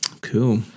Cool